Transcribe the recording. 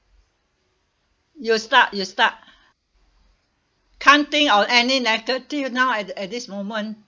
you start you start can't think of any negative now at at this moment